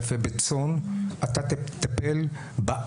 אתה כל כך מטפל יפה בצאן,